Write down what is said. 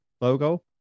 logo